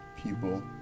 people